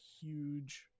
huge